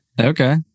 Okay